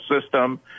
system